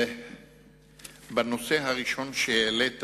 בנושא הראשון שהעלית,